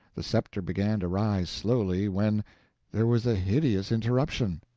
the scepter began to rise slowly, when there was a hideous interruption!